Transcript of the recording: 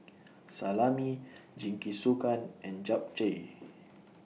Salami Jingisukan and Japchae